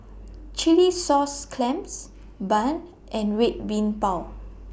Chilli Sauce Clams Bun and Red Bean Bao